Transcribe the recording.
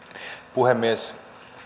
puhemies